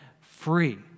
free